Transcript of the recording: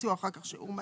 הציעו שיעור מלא.